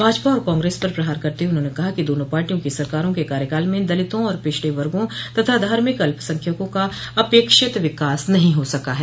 भाजपा और कांग्रेस पर प्रहार करते हुए उन्होंने कहा कि दोनों पार्टियों की सरकारों के कार्यकाल में दलितों पिछड़े वर्गो और धार्मिक अल्पसंख्यकों अपेक्षित विकास नहीं हो सका है